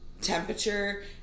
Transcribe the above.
temperature